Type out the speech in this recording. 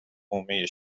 حومه